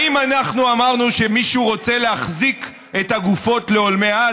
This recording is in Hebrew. האם אנחנו אמרנו שמישהו רוצה להחזיק את הגופות לעולמי עד?